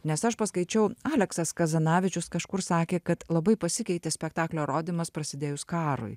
nes aš paskaičiau aleksas kazanavičius kažkur sakė kad labai pasikeitė spektaklio rodymas prasidėjus karui